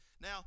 Now